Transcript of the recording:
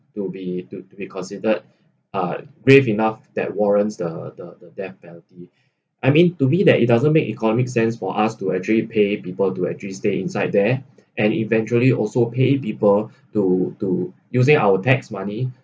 to be to be considered uh brave enough that warrants the the the death penalty I mean to me that it doesn't make economic sense for us to actually pay people to actually stay inside there and eventually also pay people to to using our tax money